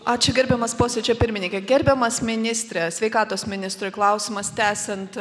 ačiū gerbiamas posėdžio pirmininke gerbiamas ministre sveikatos ministrui klausimas tęsiant